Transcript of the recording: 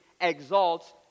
exalts